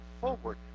forward